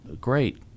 great